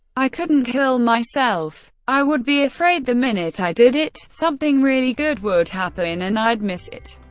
i couldn't kill myself. i would be afraid the minute i did it something really good would happen and i'd miss it.